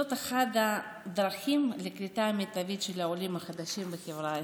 זאת אחת הדרכים לקליטה מיטבית של העולים החדשים בחברה הישראלית,